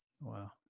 Wow